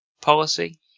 policy